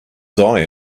die